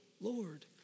Lord